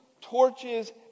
torches